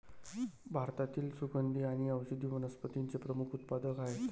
भारतातील सुगंधी आणि औषधी वनस्पतींचे प्रमुख उत्पादक आहेत